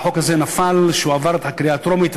החוק הזה עבר את הקריאה הטרומית,